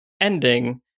ending